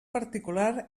particular